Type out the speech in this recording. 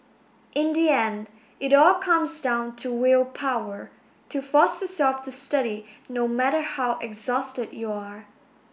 in the end it all comes down to willpower to force yourself to study no matter how exhausted you are